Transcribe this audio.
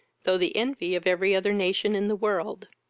though the envy of every other nation in the world.